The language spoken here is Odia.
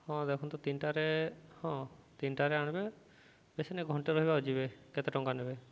ହଁ ଦେଖନ୍ତୁ ତିନିଟାରେ ହଁ ତିନଟାରେ ଆଣିବେ ବେଶୀନେ ଘଣ୍ଟେ ରହିବା ଯିବେ କେତେ ଟଙ୍କା ନେବେ